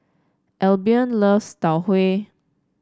Albion loves Tau Huay